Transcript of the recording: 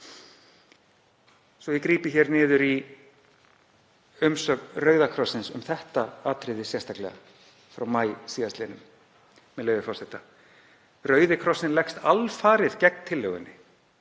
Svo ég grípi niður í umsögn Rauða krossins um þetta atriði sérstaklega frá maí síðastliðnum, með leyfi forseta: „Rauði krossinn leggst alfarið gegn tillögunni.